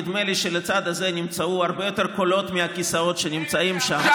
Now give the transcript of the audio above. נדמה לי שלצד הזה נמצאו הרבה יותר קולות מהכיסאות שנמצאים שם,